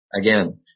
Again